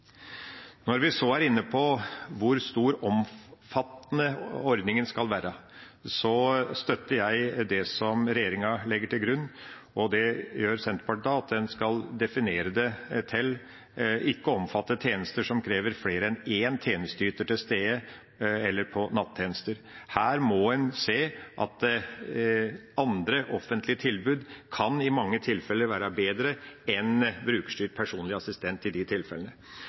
Når vi så er inne på hvor stor og omfattende ordninga skal være, støtter jeg og Senterpartiet det som regjeringa legger til grunn: at en skal definere det til ikke å omfatte tjenester som krever flere enn en tjenesteyter til stede, eller nattjenester. Her må en se at andre offentlige tilbud i mange tilfeller kan være bedre enn brukerstyrt personlig assistent.